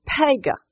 Pega